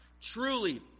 Truly